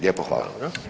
Lijepo hvala.